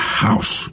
house